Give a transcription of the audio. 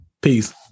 Peace